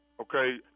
Okay